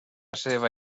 seva